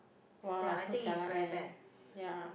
!wah! so jialat leh ya